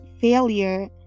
failure